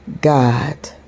God